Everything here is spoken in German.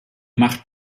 macht